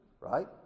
right